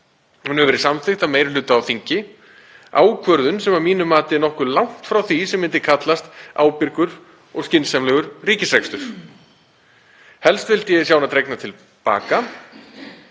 Hún hefur verið samþykkt af meiri hluta á þingi, ákvörðun sem að mínu mati er nokkuð langt frá því sem myndi kallast ábyrgur og skynsamlegur ríkisrekstur. Helst vildi ég sjá hana dregna til baka